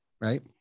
right